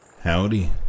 Howdy